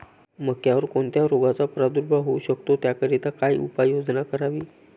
मक्यावर कोणत्या रोगाचा प्रादुर्भाव होऊ शकतो? त्याकरिता काय उपाययोजना करावी?